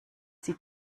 sie